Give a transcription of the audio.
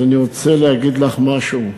אז אני רוצה להגיד לך משהו: